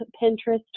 Pinterest